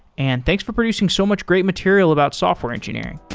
and thanks for producing so much great material about software engineering